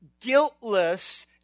guiltless